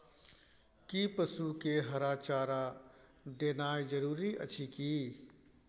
कि पसु के हरा चारा देनाय जरूरी अछि की?